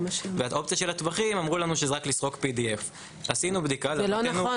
והאופציה של הטווחים אמרו שזה רק לסרוק PDF. זה לא נכון.